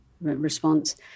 response